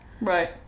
right